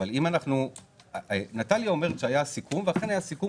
אבל נטליה אומרת שהיה סיכום ואכן היה סיכום